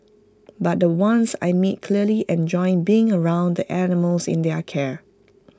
but the ones I meet clearly enjoy being around the animals in their care